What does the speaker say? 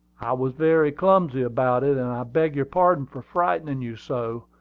i was very clumsy about it and i beg your pardon for frightening you so.